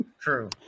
true